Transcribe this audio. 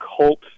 cult